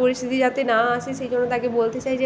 পরিস্থিতি যাতে না আসে সেই জন্য তাকে বলতে চাই যে